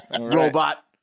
robot